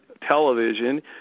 television